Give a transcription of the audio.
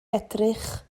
edrych